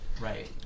Right